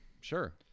Sure